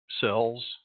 cells